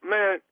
Man